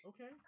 Okay